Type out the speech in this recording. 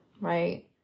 right